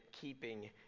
keeping